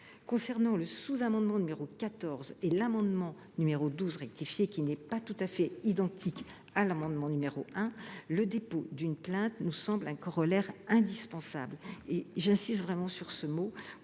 Concernant le sous amendement n° 14 et l’amendement n° 12 rectifié, qui n’est pas tout à fait identique à l’amendement n° 1 rectifié, le dépôt d’une plainte me semble un corollaire indispensable,